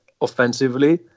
offensively